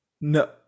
No